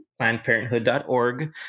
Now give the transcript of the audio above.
plannedparenthood.org